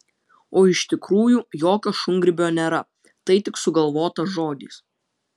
o iš tikrųjų jokio šungrybio nėra tai tik sugalvotas žodis